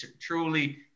truly